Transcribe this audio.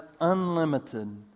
unlimited